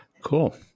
cool